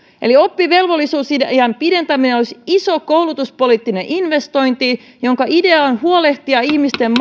eli oppivelvollisuusiän pidentäminen olisi iso koulutuspoliittinen investointi jonka idea on huolehtia ihmisten